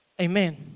Amen